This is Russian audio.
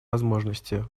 возможности